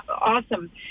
awesome